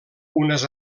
unes